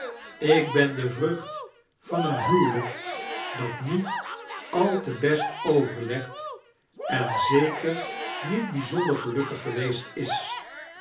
ik ben de vrucht van een huwelijk dat niet al te best overlegd en zeker niet bijzonder gelukkig geweest is